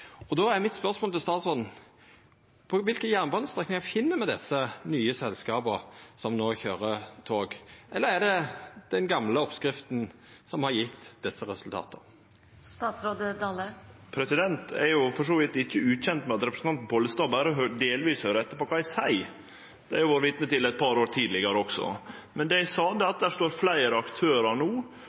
tog. Då er mitt spørsmål til statsråden: På kva jernbanestrekningar finn me desse nye selskapa som no køyrer tog? Eller er det den gamle oppskrifta som har gjeve desse resultata? Eg er for så vidt ikkje ukjend med at representanten Pollestad berre delvis høyrer på kva eg seier. Det har eg vore vitne til i eit par år tidlegare også. Det eg sa, er at fleire aktørar no